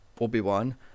Obi-Wan